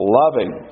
loving